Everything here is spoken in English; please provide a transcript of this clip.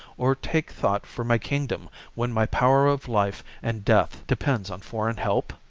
or take thought for my kingdom when my power of life and death depends on foreign help?